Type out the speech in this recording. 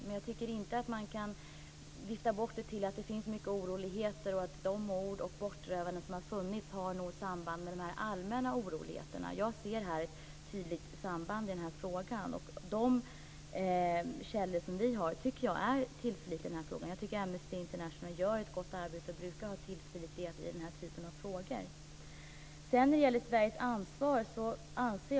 Men jag tycker inte att man kan vifta bort detta med att de mord och bortrövanden som har förekommit har något samband med de allmänna oroligheterna. Jag ser ett tydligt samband i den här frågan. Jag tycker att de källor som vi har är tillförlitliga. Jag tycker att Amnesty International gör ett gott arbete, och de brukar vara tillförlitliga i den här typen av frågor.